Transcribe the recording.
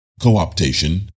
cooptation